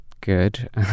good